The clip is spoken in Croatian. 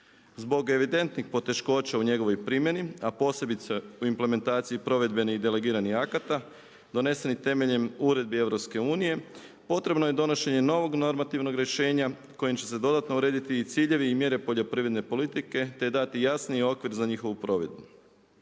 Zbog evidentnih poteškoća u njegovoj primjeni a posebice u implementaciji provedbenih i delegiranih akata donesenih temeljem uredbi EU potrebno je donošenje novog normativnog rješenja kojim će se dodatno urediti i ciljevi i mjere poljoprivredne politike te dati jasniji okvir za njihovu provedbu.